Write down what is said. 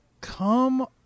come